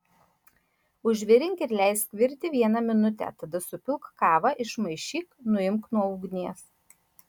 užvirink ir leisk virti vieną minutę tada supilk kavą išmaišyk nuimk nuo ugnies